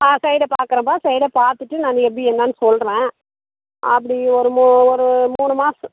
ஆ சைட்ட பார்க்குறேன்ப்பா சைட்ட பார்த்துட்டு நான் எப்படி என்னென்னு சொல்கிறேன் அப்படி ஒரு ஒரு மூணு மாதம்